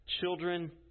children